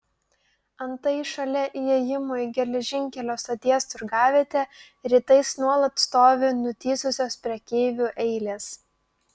antai šalia įėjimų į geležinkelio stoties turgavietę rytais nuolat stovi nutįsusios prekeivių eilės